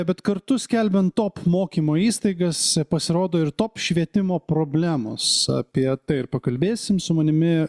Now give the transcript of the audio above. bet kartu skelbiant top mokymo įstaigas pasirodo ir top švietimo problemos apie tai ir pakalbėsim su manimi